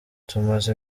tumaze